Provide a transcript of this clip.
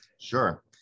Sure